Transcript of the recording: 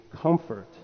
comfort